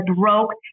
broke